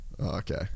Okay